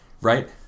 right